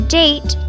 date